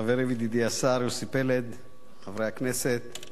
חברי וידידי השר יוסי פלד, חברי הכנסת,